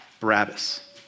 Barabbas